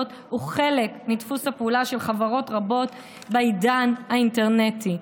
הם חלק מדפוס הפעולה של חברות רבות בעידן האינטרנטי.